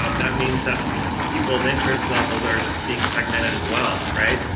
um that means that people's interest levels are being segmented as well, right?